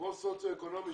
כמו סוציו אקונומי,